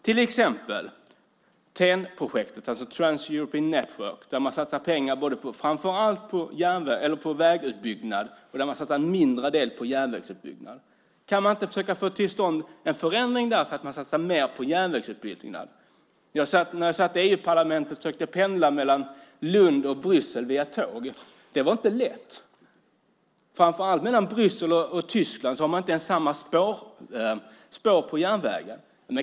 Ett exempel är TEN-projektet, Trans-European Network, där man satsar pengar framför allt på vägutbyggnad och en mindre del på järnvägsutbyggnad. Kan man inte försöka få till stånd en förändring där så att man satsar mer på järnvägsutbyggnad? När jag satt i EU-parlamentet försökte jag pendla mellan Lund och Bryssel via tåg. Det var inte lätt! Mellan Bryssel och Tyskland har man inte ens likadana spår på järnvägen.